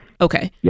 okay